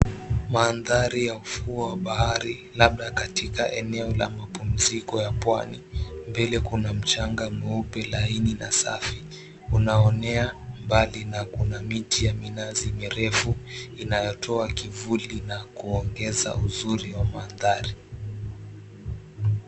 Mandhari ya ufuo wa bahari labda katika eneo la mapumziko ya Pwani, mbele kuna mchanga mweupe laini na safi, unaonea mbali na kuna miti ya minazi mirefu inayotoa kivuli na kuongeza uzuri wa mandhari.